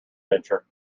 venture